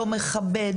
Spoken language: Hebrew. לא מכבד.